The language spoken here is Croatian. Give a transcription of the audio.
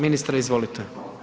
Ministre izvolite.